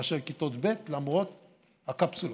למרות הקפסולות.